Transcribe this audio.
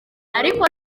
ariko